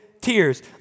tears